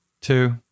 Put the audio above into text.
two